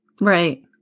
right